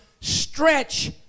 Stretch